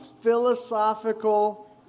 philosophical